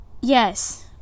Yes